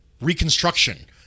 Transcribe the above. reconstruction